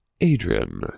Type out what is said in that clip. Adrian